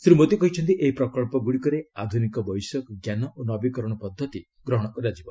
ଶ୍ରୀ ମୋଦି କହିଛନ୍ତି ଏହି ପ୍ରକଳ୍ପଗୁଡ଼ିକରେ ଆଧୁନିକ ବୈଷୟିକ ଜ୍ଞାନ ଓ ନବୀକରଣ ପଦ୍ଧତି ଗ୍ରହଣ କରାଯିବ